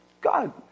God